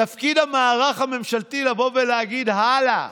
תפקיד המערך הממשלתי לבוא ולהגיד הלאה